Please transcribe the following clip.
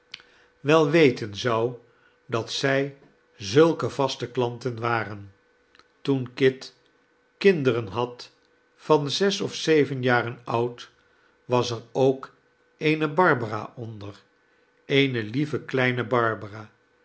wel weten zou dat zij zulke vaste klanten waren toen kit kinderen had van zes of zeven jaren oud was er ook eene barbara onder eene lieve kleine barbara